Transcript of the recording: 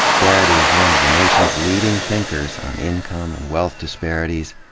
darity is one of the nation's leading thinkers on income and wealth disparities,